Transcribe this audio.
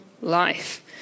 life